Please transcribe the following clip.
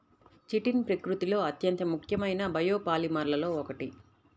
chitin ప్రకృతిలో అత్యంత ముఖ్యమైన బయోపాలిమర్లలో ఒకటి